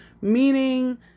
meaning